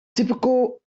typical